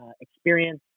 experience